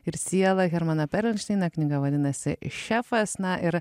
ir sielą hermaną perelšteiną knygą vadinasi šefas na ir